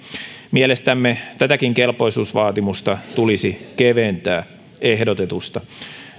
mielestämme tätäkin kelpoisuusvaatimusta tulisi keventää ehdotetusta